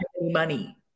money